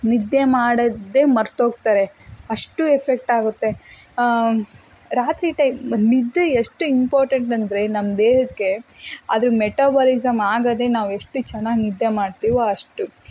ನಿದ್ದೆ ಮಾಡೋದೆ ಮರೆತೋಗ್ತಾರೆ ಅಷ್ಟು ಎಫೆಕ್ಟಾಗುತ್ತೆ ರಾತ್ರಿ ಟೈಮ್ ನಿದ್ದೆ ಎಷ್ಟು ಇಂಪಾರ್ಟೆಂಟ್ ಅಂದರೆ ನಮ್ಮ ದೇಹಕ್ಕೆ ಅದ್ರ ಮೆಟಬಾಲಿಝಮ್ ಆಗೋದೆ ನಾವು ಎಷ್ಟು ಚೆನ್ನಾಗಿ ನಿದ್ದೆ ಮಾಡ್ತೀವೋ ಅಷ್ಟು